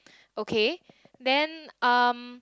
okay then um